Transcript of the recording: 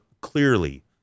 clearly